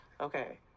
Okay